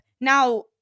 now